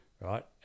Right